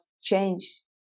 change